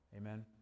Amen